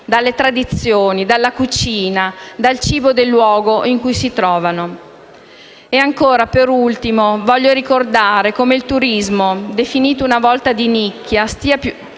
dalle tradizioni, dalla cucina, dal cibo del luogo in cui si trovano. E ancora, per ultimo voglio ricordare come il turismo definito una volta di nicchia stia sempre